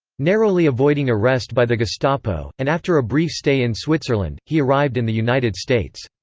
narrowly avoiding arrest by the gestapo, and after a brief stay in switzerland, he arrived in the united states.